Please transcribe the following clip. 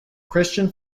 christian